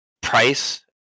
price